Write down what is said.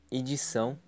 edição